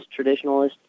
traditionalist